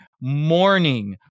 morning